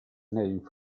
name